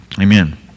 amen